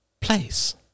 place